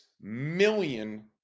million